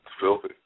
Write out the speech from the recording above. filthy